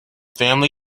family